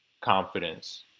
confidence